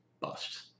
bust